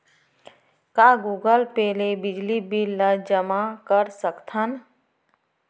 का Google Pay ले बिजली बिल ल जेमा कर सकथन?